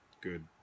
good